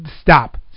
stop